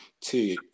Two